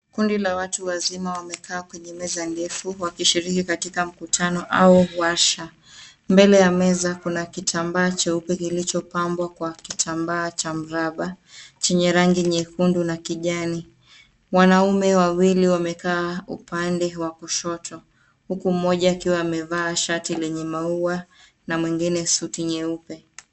kundi la watu wazima wamekaa kwenye meza ndefu wakishiriki katika mkutano au mwasha. Mbele ya Meza kuna kitambaa jeupe kilichopamwa kwa kitambaa cha mraba chenye rangi nyekundu na kijani. Wanaume wawili wamekaa upande wa kushoto huku moja akiwa amevaa shati lenye maua na mwingine suti nyeupe.